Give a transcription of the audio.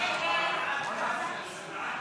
ההצעה להעביר